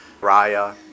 Raya